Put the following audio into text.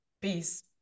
peace